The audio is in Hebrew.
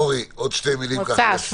אורי, עוד כמה מילים לסיכום.